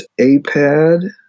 APAD